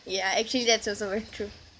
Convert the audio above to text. ya actually that's also very true